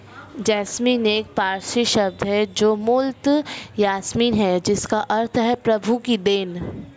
jasmine एक पारसी शब्द है जो मूलतः यासमीन है जिसका अर्थ है प्रभु की देन